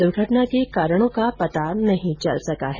दुर्घटना के कारणो का पता नहीं चल सका है